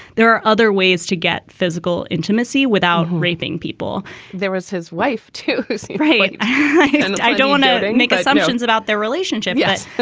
there are other ways to get physical intimacy without raping people there was his wife to hey, i don't want to and make assumptions about their relationship. yes.